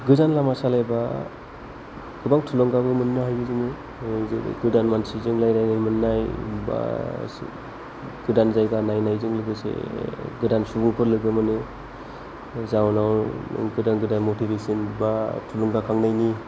गोजान लामा सालायोबा गोबां थुलुंगाबो मोननो हायो बिदिनो जेरै गोदान मानसिजों रायज्लायनो मोननाय बा गोदान जायगा नायनायजों लोगोसे गोदान सुबुंफोर लोगो मोनो जाहोनाव गोदान गोदान मटिभेसन बा थुलुंगा खांनायनि